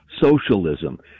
socialism